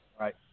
Right